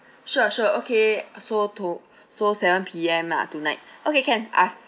sure sure okay so to~ so seven P_M lah tonight okay can I've